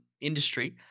industry